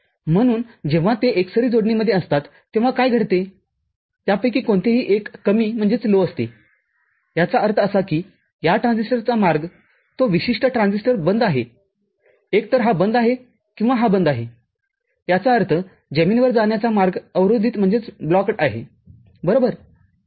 म्हणून जेव्हा ते एकसरी जोडणीमध्ये असतात तेव्हा काय घडते त्यापैकी कोणतेही एक कमी असतेयाचा अर्थ असा की या ट्रान्झिस्टरचा मार्ग तो विशिष्ट ट्रान्झिस्टर बंद आहेएकतर हा बंद आहे किंवा हा बंद आहेयाचा अर्थजमिनीवर जाण्याचा मार्ग अवरोधित आहे - बरोबर